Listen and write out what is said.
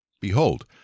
Behold